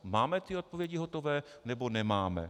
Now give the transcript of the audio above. Máme ty odpovědi hotové, nebo nemáme?